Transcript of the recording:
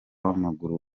w’amaguru